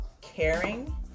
caring